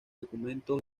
documentos